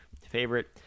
favorite